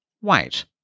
White